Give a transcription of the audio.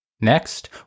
Next